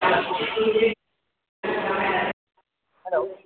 hello